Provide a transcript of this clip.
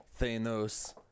Thanos